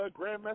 Grandmaster